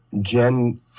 Jen